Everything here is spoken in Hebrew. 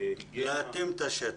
להתאים את השטח.